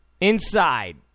Inside